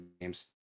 games